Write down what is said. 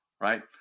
right